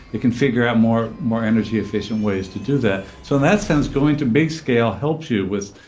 it can figure out more more energy-efficient ways to do that. so, in that sense, going to big-scale helps you with,